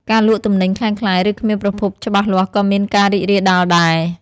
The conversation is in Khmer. ការលក់ទំនិញក្លែងក្លាយឬគ្មានប្រភពច្បាស់លាស់ក៏មានការរីករាលដាលដែរ។